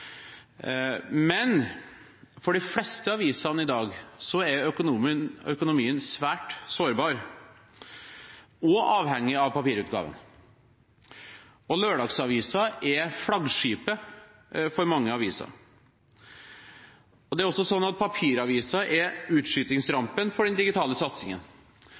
Men for de fleste avisene i dag er økonomien svært sårbar og avhengig av papirutgaven. Lørdagsavisen er flaggskipet for mange aviser. Det er også slik at papiraviser er utskytingsrampen for den digitale satsingen.